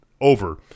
over